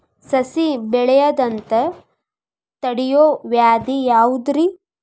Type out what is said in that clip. ಸಸಿ ಬೆಳೆಯದಂತ ತಡಿಯೋ ವ್ಯಾಧಿ ಯಾವುದು ರಿ?